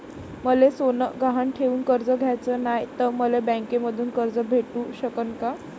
मले सोनं गहान ठेवून कर्ज घ्याचं नाय, त मले बँकेमधून कर्ज भेटू शकन का?